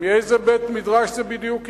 מאיזה בית-מדרש זה בדיוק הגיע?